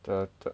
the the